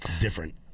different